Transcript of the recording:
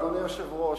אדוני היושב-ראש,